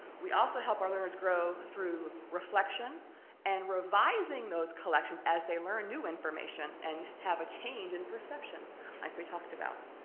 we also help our learners grow through reflection and revising those collections as they learn new information and have a change in perception like we talked about.